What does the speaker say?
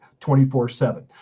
24/7